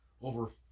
over